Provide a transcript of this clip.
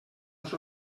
els